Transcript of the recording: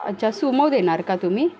अच्छा सुमो देणार का तुम्ही